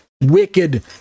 wicked